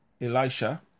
Elisha